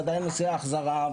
ודאי נושא ההחזרה,